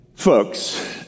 Folks